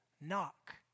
knock